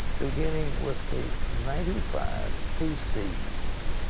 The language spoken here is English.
beginning with the ninety five thesis.